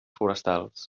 forestals